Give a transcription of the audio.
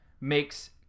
makes